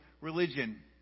religion